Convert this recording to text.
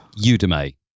Udemy